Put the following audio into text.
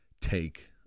take